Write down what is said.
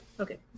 Okay